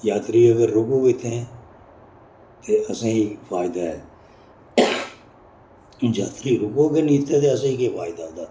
जात्तरी अगर रूकग इत्थैं ते असेंगी फायदा ऐ जात्तरी रूकग गै नेईं इत्थैं ते असेंगी केह् फायदा उं'दा